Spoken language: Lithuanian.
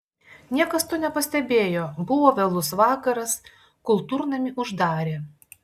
niekas to nepastebėjo buvo vėlus vakaras kultūrnamį uždarė